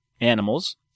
Animals